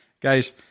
guys